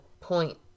point